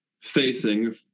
facing